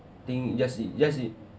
think just i~ just i~